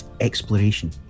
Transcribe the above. exploration